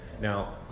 Now